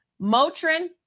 motrin